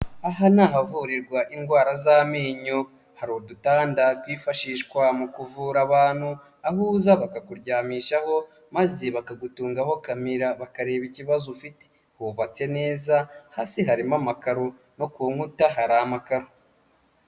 Aha ni ahavurirwa indwara z'amenyo, hari udutanda twifashishwa mu kuvura abantu, aho uza bakakuryamishaho maze bakagutungaho kamera bakareba ikibazo ifite, hubatse neza, hasi harimo amakaro no ku nkuta hari amakaro.